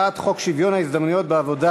בקריאה ראשונה על הצעת חוק שוויון ההזדמנויות בעבודה